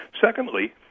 Secondly